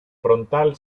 frontal